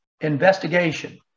investigation